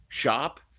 shop